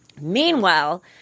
Meanwhile